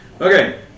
Okay